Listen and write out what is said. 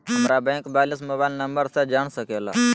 हमारा bank balance mobile number से जान सके ला?